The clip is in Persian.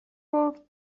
گفت